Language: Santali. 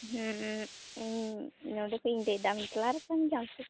ᱤᱧ ᱱᱚᱰᱮ ᱠᱷᱚᱡ ᱤᱧ ᱞᱟᱹᱭᱮᱫᱟ ᱟᱢ ᱴᱮᱞᱟᱨ ᱠᱟᱱ ᱜᱮᱭᱟᱢ